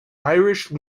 irish